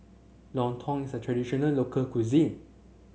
Lontong is a traditional local cuisine